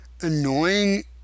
annoying